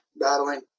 battling